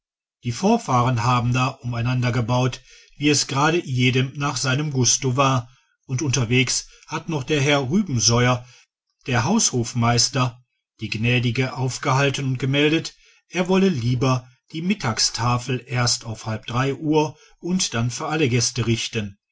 die vorfahren haben da umeinander gebaut wie es gerade jedem nach seinem gusto war und unterwegs hat noch der herr rubesoier der haushofmeister die gnädige aufgehalten und gemeldet er wolle lieber die mittagstafel erst auf halb drei uhr und dann für alle gäste richten